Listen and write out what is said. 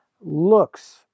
looks